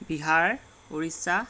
Bihar Orissa